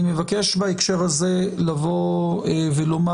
אני מבקש בהקשר הזה לבוא ולומר,